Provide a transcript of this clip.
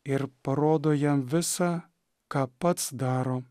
ir parodo jam visa ką pats daro